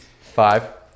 Five